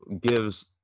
gives